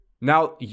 Now